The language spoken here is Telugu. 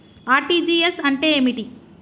ఆర్.టి.జి.ఎస్ అంటే ఏమిటి?